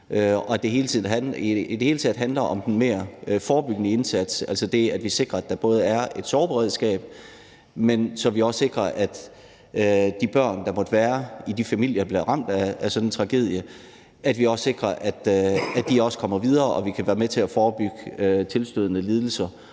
det hele taget handler det mere om den forebyggende indsats, altså det, at vi både sikrer, at der er et sorgberedskab, og sikrer, at de børn, der måtte være i de familier, der bliver ramt af sådan en tragedie, også kommer videre, og så vi kan være med til at forebygge tilstødende lidelser